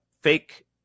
fake